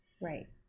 Right